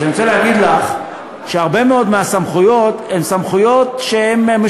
אז אני רוצה להגיד לך שהרבה מאוד מהסמכויות הן סמכויות משותפות.